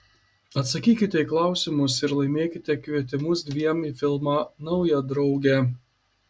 atsakykite į klausimus ir laimėkite kvietimus dviem į filmą nauja draugė